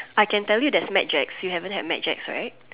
I can tell you there's Mad Jack you haven't had Mad Jack right